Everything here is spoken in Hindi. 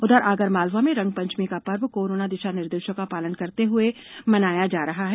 उधर आगरमालवा में रंगपंचमी का पर्व कोरोना दिशा निर्देशों का पालन करते हुए मनाया जा रहा है